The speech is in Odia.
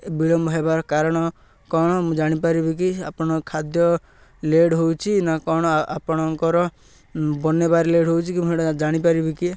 ଏ ବିଳମ୍ବ ହେବାର କାରଣ କ'ଣ ମୁଁ ଜାଣିପାରିବି କି ଆପଣ ଖାଦ୍ୟ ଲେଟ୍ ହେଉଛି ନା କ'ଣ ଆପଣଙ୍କର ବନାଇବାରେ ଲେଟ୍ ହେଉଛି କି ମୁଁ ଜାଣିପାରିବି କି